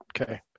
okay